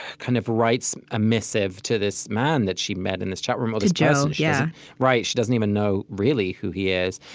kind of writes a missive to this man that she met in this chat room to joe yeah right. she doesn't even know, really, who he is.